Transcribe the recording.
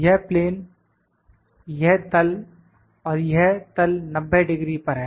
यह प्लेन यह तल और यह तल 90 डिग्री पर है